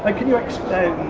like can you explain,